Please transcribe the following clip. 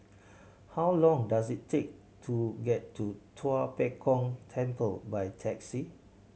how long does it take to get to Tua Pek Kong Temple by taxi